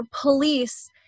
police